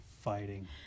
Fighting